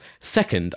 Second